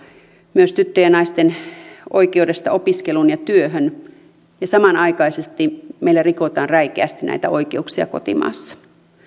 myös tyttöjen ja naisten oikeudesta opiskeluun ja työhön ja samanaikaisesti meillä rikotaan räikeästi näitä oikeuksia kotimaassa